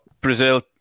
Brazil